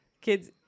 kids